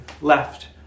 left